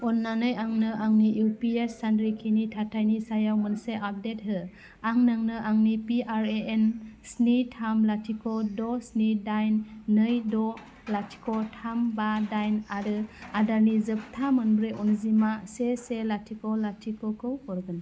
अन्नानै आंनो आंनि इउपिए सानद्रैखिनि थाथायनि सायाव मोनसे आपडेट हो आं नोंनो आंनि पिआरएएन स्नि थाम लाथिख' द' स्नि दाइन नै द' लाथिख' थाम बा दाइन आरो आदारनि जोबथा मोनब्रै अनजिमा से लाथिख' लाथिख'खौ हरगोन